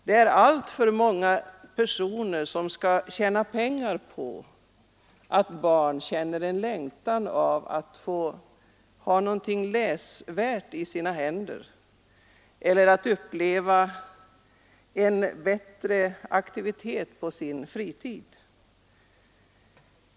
Det är alltför många personer som skall tjäna pengar på att barnen känner en längtan efter att ha något läsbart i sina händer eller efter att uppleva aktivitet på sin fritid.